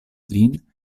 lin